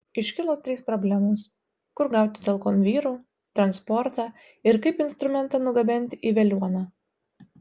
iškilo trys problemos kur gauti talkon vyrų transportą ir kaip instrumentą nugabenti į veliuoną